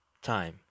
time